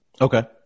Okay